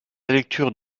lecture